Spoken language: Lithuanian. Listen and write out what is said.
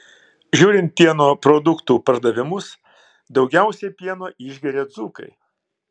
žiūrint pieno produktų pardavimus daugiausiai pieno išgeria dzūkai